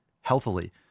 healthily